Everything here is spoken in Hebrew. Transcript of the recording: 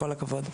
כל הכבוד.